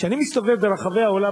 כשאני מסתובב ברחבי העולם,